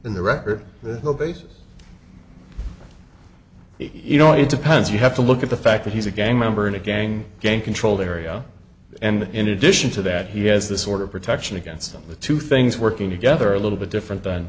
in the record the whole basis you know it depends you have to look at the fact that he's a gang member in a gang gang controlled area and in addition to that he has this sort of protection against them the two things working together a little bit different than